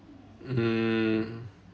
mm